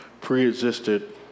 pre-existed